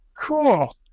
Cool